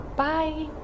Bye